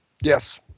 Yes